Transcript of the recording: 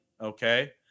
okay